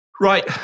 Right